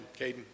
Caden